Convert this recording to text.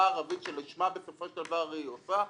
הערבית שלשמה בסופו של דבר היא עושה.